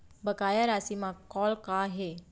बकाया राशि मा कॉल का हे?